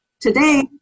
Today